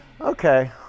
Okay